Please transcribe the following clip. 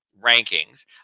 rankings